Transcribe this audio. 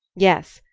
yes,